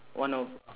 one of